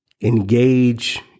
engage